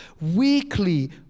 weekly